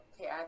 okay